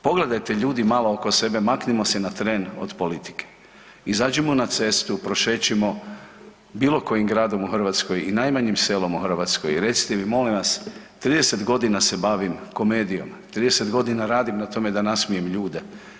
Pogledate ljudi malo oko sebe, maknimo se na tren od politike, izađimo na cestu, prošećimo bilo kojim gradom u Hrvatskoj i najmanjim selom u Hrvatskoj i recite mi molim vas, 30 godina se bavim komedijom, 30 godina radim na tome da nasmijem ljude.